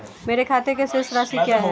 मेरे खाते की शेष राशि क्या है?